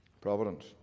Providence